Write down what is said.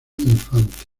infante